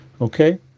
Okay